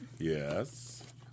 Yes